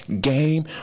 game